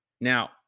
now